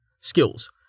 Skills